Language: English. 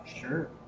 Sure